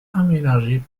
aménagé